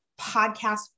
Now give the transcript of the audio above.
podcast